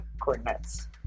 coordinates